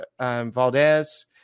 Valdez